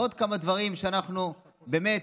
ועוד כמה דברים שאנחנו באמת